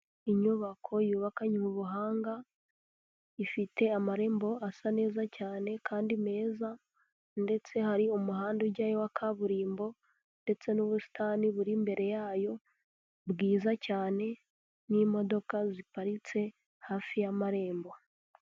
Inyubako yubakanywe ubuhanga, ifite amarembo asa neza cyane kandi meza, ndetse hari umuhanda ujyayo wa kaburimbo, ndetse n'ubusitani buri imbere yayo bwiza cyane, n'imodoka ziparitse hafi y'amarembo.